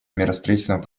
миростроительного